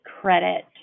credit